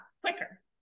quicker